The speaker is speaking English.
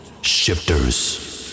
Shifters